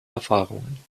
erfahrungen